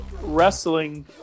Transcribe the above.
wrestling